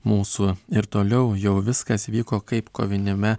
mūsų ir toliau jau viskas vyko kaip koviniame